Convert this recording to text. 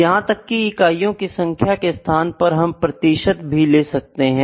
यहां तक कि इकाइयों की संख्या के स्थान पर हम प्रतिशत भी ले सकते हैं